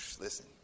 Listen